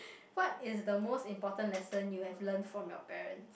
what is the most important lesson you have learnt from your parents